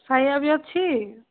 ସାୟା ବି ଅଛି